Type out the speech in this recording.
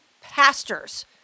pastors